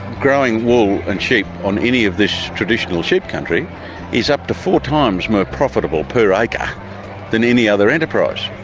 growing wool and sheep on any of this traditional sheep country is up to four times more profitable per acre than any other enterprise,